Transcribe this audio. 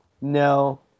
No